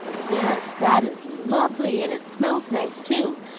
yes, that is lovely, and it smells nice, too.